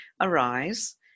arise